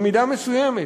במידה מסוימת,